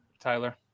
tyler